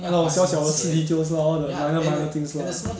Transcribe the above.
ah 那种小小的事 details lah all the minor minor things lah